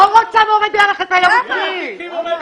לא רוצה מורי דרך בתיירות פנים.